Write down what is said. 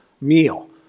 meal